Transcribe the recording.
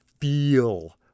feel